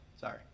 Sorry